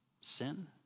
sin